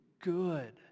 good